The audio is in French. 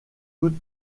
toute